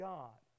God